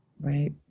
Right